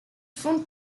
fonte